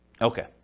Okay